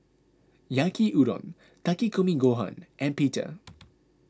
Yaki Udon Takikomi Gohan and Pita